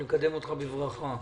אני מקדם אותך בברכה.